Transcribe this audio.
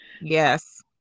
yes